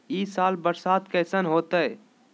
ई साल बरसात कैसन होतय?